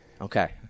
Okay